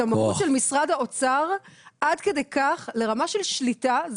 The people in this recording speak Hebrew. את המהות של משרד האוצר עד כדי כך לרמה של שליטה,